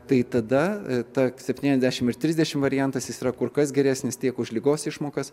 tai tada ta septyniasdešim ir trisdešim variantas jis yra kur kas geresnis tiek už ligos išmokas